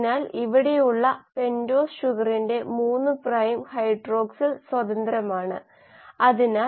അതിനാൽ നമ്മൾ S note CDഎന്നിവ അളക്കാൻ പോകുന്നു തുടർന്ന് ഇവിടെ ഉൾപ്പെടുന്ന നിരക്കുകൾ കാണുക